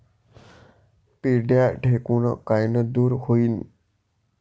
पिढ्या ढेकूण कायनं दूर होईन?